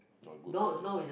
not good for the